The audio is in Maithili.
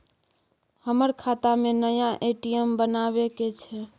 हमर खाता में नया ए.टी.एम बनाबै के छै?